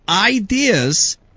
ideas